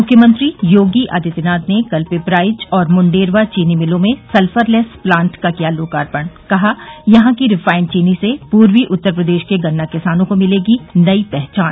मुख्यमंत्री योगी आदित्यनाथ ने कल पिपराइच और मुंडेरवा चीनी मिलों में सल्फरलेस प्लांट का किया लोकार्पण कहा यहां की रिफाइंड चीनी से पूर्वी उत्तर प्रदेश के गन्ना किसानों को मिलेगी नई पहचान